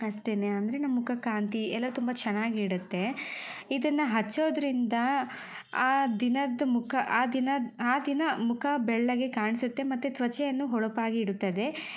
ಅಷ್ಟೇನೆ ಅಂದರೆ ನಮ್ಮ ಮುಖದ ಕಾಂತಿ ಎಲ್ಲ ತುಂಬ ಚೆನ್ನಾಗಿ ಇಡುತ್ತೆ ಇದನ್ನು ಹಚ್ಚೋದ್ರಿಂದ ಆ ದಿನದ ಮುಖ ಆ ದಿನದ ಆ ದಿನ ಮುಖ ಬೆಳ್ಳಗೆ ಕಾಣಿಸತ್ತೆ ಮತ್ತೆ ತ್ವಚೆಯನ್ನು ಹೊಳಪಾಗಿ ಇಡುತ್ತದೆ